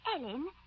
Ellen